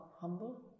humble